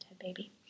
baby